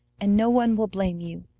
and no one will blame you.